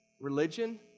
Religion